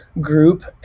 group